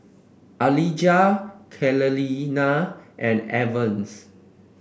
Alijah Kaleena and Evans